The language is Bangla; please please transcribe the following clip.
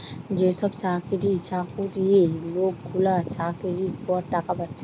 যে সব সরকারি চাকুরে লোকগুলা চাকরির পর টাকা পাচ্ছে